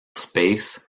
space